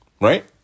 Right